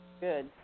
Good